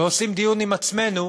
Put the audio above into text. ועושים דיון עם עצמנו